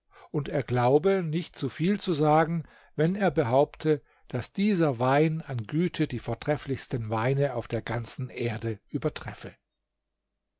und er glaube nicht zuviel zu sagen wenn er behaupte daß dieser wein an güte die vortrefflichsten weine auf der ganzen erde übertreffe